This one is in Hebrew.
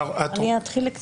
אני אתחיל.